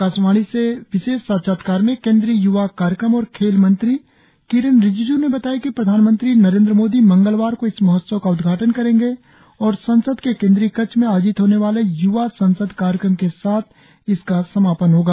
आकाशवाणी से विशेष साक्षात्कार में केन्द्रीय यवा कार्यक्रम और खेल मंत्री किरेन रिजिजू ने बताया कि प्रधानमंत्री नरेन्द्र मोदी मंगलवार को इस महोत्सव का उद्घाटन करेंगे और संसद के केन्द्रीय कक्ष में आयोजित होने वाले य्वा संसद कार्यक्रम के साथ इसका समापन होगा